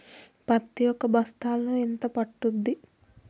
పత్తి ఒక బస్తాలో ఎంత పడ్తుంది?